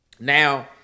Now